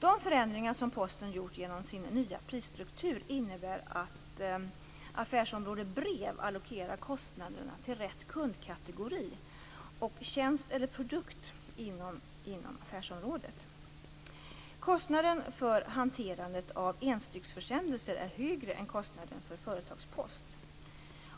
De förändringar som Posten gjort genom sin nya prisstruktur innebär att Affärsområde Brev allokerar kostnaderna till rätt kundkategori och tjänst eller produkt inom affärsområdet. Kostnaden för hanterandet av enstycksförsändelser är högre än kostnaden för företagspost.